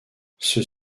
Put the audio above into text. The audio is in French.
ceux